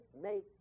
make